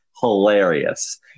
hilarious